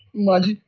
mother.